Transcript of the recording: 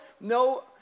no